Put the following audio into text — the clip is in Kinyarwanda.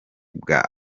bwa